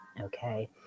Okay